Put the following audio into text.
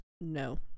no